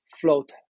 float